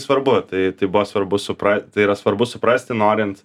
svarbu tai tai buvo svarbu supra tai yra svarbu suprasti norint